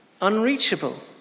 unreachable